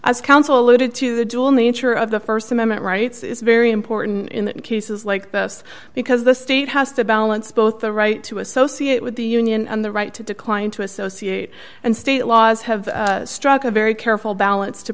as counsel alluded to the dual nature of the st amendment rights is very important in cases like this because the state has to balance both the right to associate with the union and the right to decline to associate and state laws have struck a very careful balance to